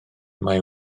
mae